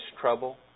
trouble